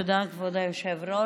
תודה, כבוד היושב-ראש.